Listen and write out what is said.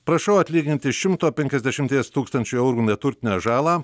prašau atlyginti šimto penkiasdešimties tūkstančių eurų neturtinę žalą